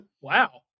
Wow